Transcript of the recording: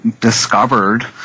discovered